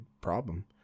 problem